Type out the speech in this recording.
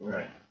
Right